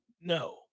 No